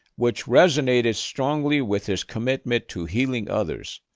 which resonated strongly with his commitment to healing others.